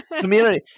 Community